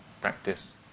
practice